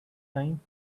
time